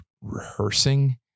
rehearsing